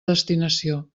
destinació